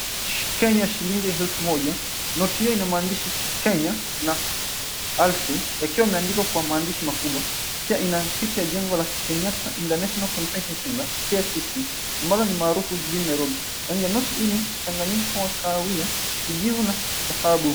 Kenya shilingi elfu moja notihiyo ina mahandishi Kenya na elfu yakiwa yameandikwa kwa mahandishi makubwa. Pia ina picha ya jengo la Kenyatta International Conference Center, KICC, ambalo ni maarufu jijini Nairobi. Rangi ya noti hii mchanganyiko wa kahawia, kijivu na dhahabu.